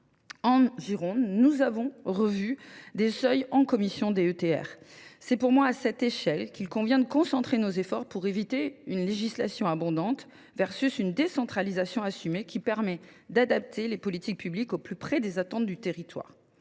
En Gironde, nous avons revu des seuils au sein de la commission d’élus de la DETR. C’est, selon moi, à cette échelle qu’il convient de concentrer nos efforts pour éviter une législation abondante, au profit d’une décentralisation assumée qui permette d’adapter les politiques publiques au plus près des attentes du territoire.